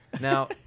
now